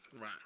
Right